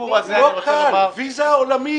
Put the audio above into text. זאת ויזה עולמית.